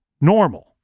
normal